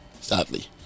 Sadly